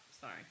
Sorry